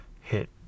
hit